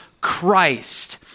Christ